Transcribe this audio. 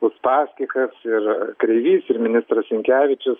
uspaskichas ir kreivys ir ministras linkevičius